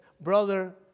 brother